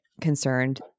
concerned